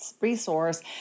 resource